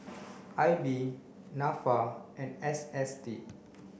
I B NAFA and S S T